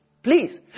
Please